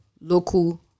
local